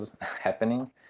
happening